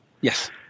yes